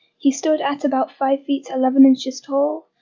he stood at about five feet eleven inches tall,